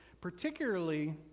Particularly